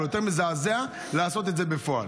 אבל יותר מזעזע לעשות את זה בפועל.